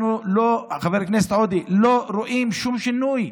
אנחנו לא רואים שום שינוי,